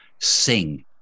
sing